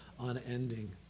unending